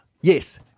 Yes